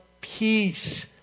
peace